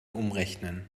umrechnen